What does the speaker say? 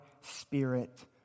spirit